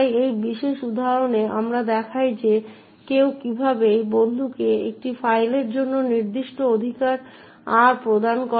তাই এই বিশেষ উদাহরণে আমরা দেখাই যে কেউ কীভাবে একটি বন্ধুকে একটি ফাইলের জন্য নির্দিষ্ট অধিকার R প্রদান করে